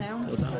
רק לפני זה,